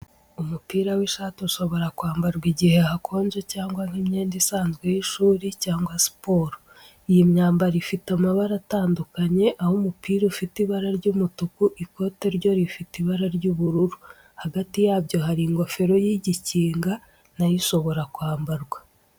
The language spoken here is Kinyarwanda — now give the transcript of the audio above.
Umupira w’ishati ushobora kwambarwa igihe hakonje cyangwa nk’imyenda isanzwe y’ishuri cyangwa siporo. Iyi myambaro ifite amabara atandukanye, aho umupira ufite ibara ry'umutuku, ikote ryo rifite ibara ry'ubururu. Hagati yabyo hari ingofero y'igikinga na yo ishobora kwambarwa.